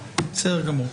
תודה.